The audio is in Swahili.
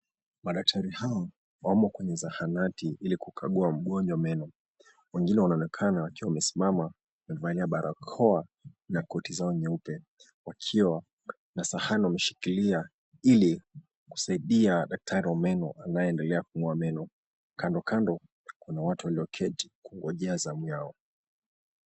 Madaktari hawa wamo kwenye zahanati ili kukagua mgonjwa meno. Wengine wanaonekana wakiwa wamesimama na kuvalia barakoa na koti zao nyeupe, wakiwa na sahani wameshikilia ili kusaidia daktari wa meno anayeendelea kung'oa meno. Kando kando kuna watu walioketi kungojea zamu yao.